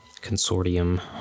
consortium